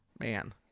man